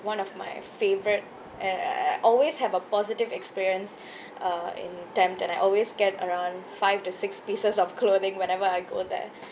one of my favourite and I I always have a positive experience uh in temt and I always get around five to six pieces of clothing wherever I go there